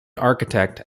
architect